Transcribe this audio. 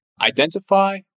identify